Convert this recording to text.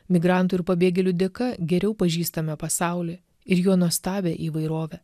migrantų ir pabėgėlių dėka geriau pažįstame pasaulį ir jo nuostabią įvairovę